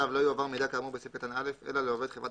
לא יועבר מידע כאמור בסעיף קטן (א) אלא לעובד חברת